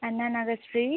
Anna Nagar street